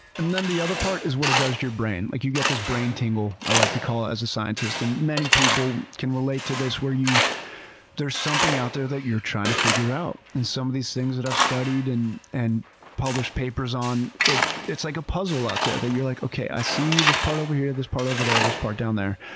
and then the other part is what it does to your brain. like you get this brain tingle, i like to call it, as a scientist and many people can relate to this where there's something out there that you're trying to figure out. in some of these things that i've studied and and published papers on, it's like a puzzle out there that you're like, okay, i see this part over here, this part over there, this part down there.